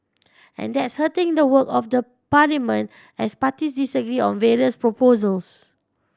and that's hurting the work of the parliament as parties disagree on various proposals